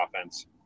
offense